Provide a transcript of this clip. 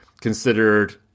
considered